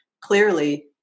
clearly